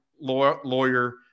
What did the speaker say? lawyer